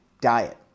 diet